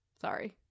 Sorry